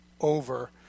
over